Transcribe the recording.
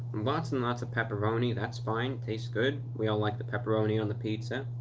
lots and lots of pepperoni. that's fine. tastes good. we all like the pepperoni on the pizza.